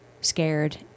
scared